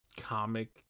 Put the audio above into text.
Comic